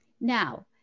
Now